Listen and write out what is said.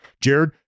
Jared